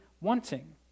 wanting